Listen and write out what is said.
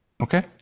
Okay